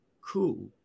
cool